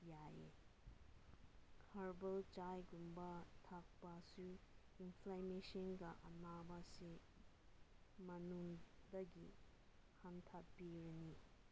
ꯌꯥꯏꯑꯦ ꯍꯔꯕꯜ ꯆꯥꯏꯒꯨꯝꯕ ꯊꯛꯄꯁꯨ ꯏꯟꯐ꯭ꯂꯦꯃꯦꯁꯟꯒ ꯑꯅꯥꯕꯁꯤ ꯃꯅꯨꯡꯗꯒꯤ ꯍꯟꯊꯕꯤꯔꯅꯤ